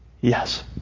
yes